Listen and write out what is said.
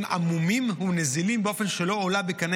הם עמומים ונזילים באופן שלא עולה בקנה